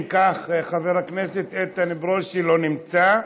חבר הכנסת איתן ברושי, לא נמצא,